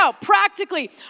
practically